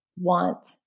want